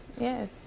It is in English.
Yes